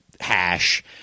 hash